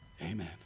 Amen